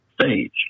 stage